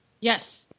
Yes